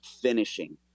finishing